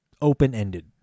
open-ended